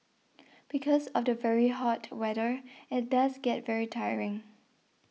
because of the very hot weather it does get very tiring